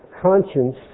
conscience